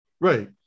Right